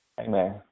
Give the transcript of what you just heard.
Amen